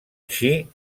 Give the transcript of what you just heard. així